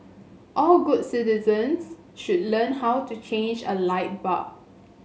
all good citizens should learn how to change a light bulb